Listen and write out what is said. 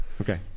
okay